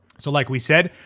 so like we said,